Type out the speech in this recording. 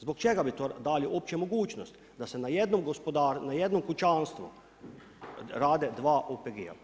Zbog čega bi to dali uopće mogućnost da se na jednom kućanstvu rade dva OPG-a?